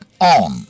on